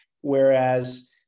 whereas